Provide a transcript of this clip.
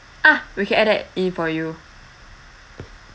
ah we can add that in for you